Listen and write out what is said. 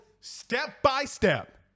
step-by-step